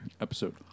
episode